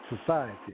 society